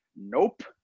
Nope